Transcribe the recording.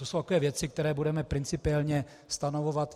To jsou takové věci, které budeme principiálně stanovovat.